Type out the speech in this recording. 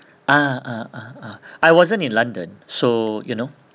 ah ah ah ah I wasn't in london so you know